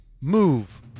move